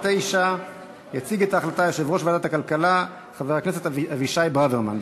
9). יציג את ההחלטה יושב-ראש ועדת הכלכלה חבר הכנסת אבישי ברוורמן.